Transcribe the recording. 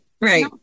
right